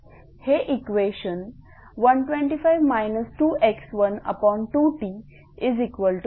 हे equation 125 2x12T0